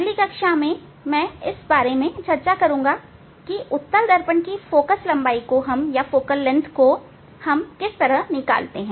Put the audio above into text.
अगली कक्षा में मैं इस बारे में चर्चा करूंगा कि उत्तल दर्पण की फोकस लंबाई किस तरह निकालते हैं